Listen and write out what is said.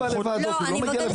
אני רק מתכוון